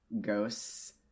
ghosts